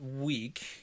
week